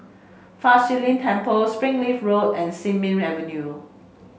Fa Shi Lin Temple Springleaf Road and Sin Ming Avenue